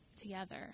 together